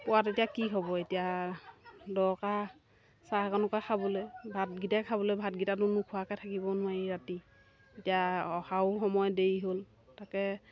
পোৱাত এতিয়া কি হ'ব এতিয়া দৰকাৰ চাহকণকে খাবলৈ ভাতকেইটা খাবলৈ ভাতকেইটাতো নোখোৱাকৈ থাকিব নোৱাৰি ৰাতি এতিয়া অহাও সময় দেৰি হ'ল তাকে